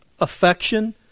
affection